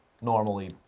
normally